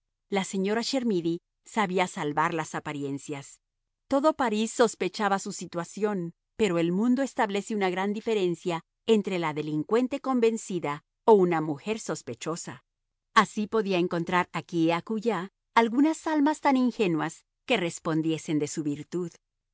la señora chermidy sabía salvar las apariencias todo parís sospechaba su situación pero el mundo establece una gran diferencia entre una delincuente convencida o una mujer sospechosa así podía encontrar aquí y acullá algunas almas tan ingenuas que respondiesen de su virtud